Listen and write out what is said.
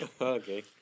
Okay